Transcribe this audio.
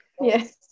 yes